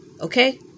okay